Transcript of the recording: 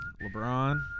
LeBron